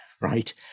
right